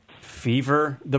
Fever